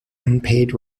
unpaid